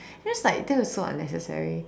then I was like that is so unnecessary